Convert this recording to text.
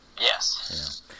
Yes